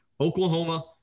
Oklahoma